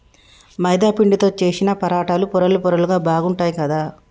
మైదా పిండితో చేశిన పరాటాలు పొరలు పొరలుగా బాగుంటాయ్ కదా